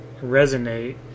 resonate